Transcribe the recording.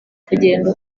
kugenda